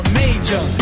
major